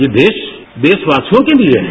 यह देश देशवासियों के लिये है